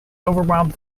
overwhelmed